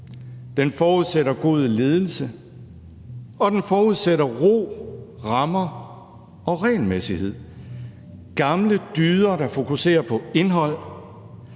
den forudsætter god ledelse, og den forudsætter ro, rammer og regelmæssighed, altså gamle dyder, der fokuserer på indhold;